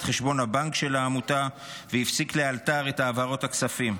חשבון הבנק של העמותה והפסיק לאלתר את העברות הכספים.